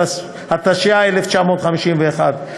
התשי"א 1951,